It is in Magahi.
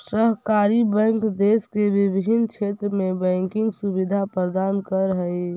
सहकारी बैंक देश के विभिन्न क्षेत्र में बैंकिंग सुविधा प्रदान करऽ हइ